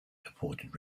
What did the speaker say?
purported